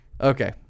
Okay